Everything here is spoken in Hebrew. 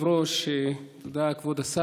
השר.